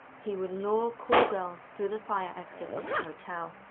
he would lure call girls through the fire exit of the hotel,